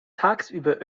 tagsüber